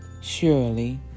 surely